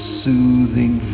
soothing